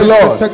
Lord